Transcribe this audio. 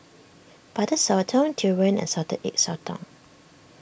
Butter Sotong Durian and Salted Egg Sotong